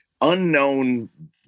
unknown